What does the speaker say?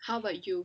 how about you